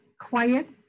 quiet